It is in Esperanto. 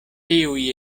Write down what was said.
tiuj